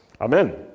Amen